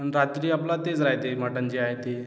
अन रात्री आपला तेच राहते मटन जे आहे ते